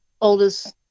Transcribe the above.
oldest